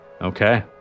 Okay